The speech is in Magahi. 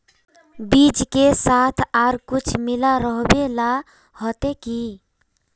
बीज के साथ आर कुछ मिला रोहबे ला होते की?